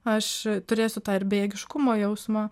aš e turėsiu tą ir bejėgiškumo jausmą